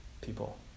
people